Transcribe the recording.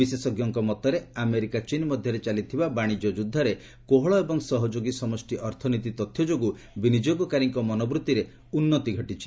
ବିଶେଷଜ୍ଞ ମତରେ ଆମେରିକା ଚୀନ ମଧ୍ୟରେ ଚାଲିଥିବା ବାଣିଜ୍ୟ ଯୁଦ୍ଧରେ କୋହଳ ଏବଂ ସହଯୋଗୀ ସମଷ୍ଟି ଅର୍ଥନୀତି ତଥ୍ୟ ଯୋଗୁଁ ବିନିଯୋଗକାରୀଙ୍କ ମନୋବୃତ୍ତିରେ ଉନ୍ନତି ଘଟିଛି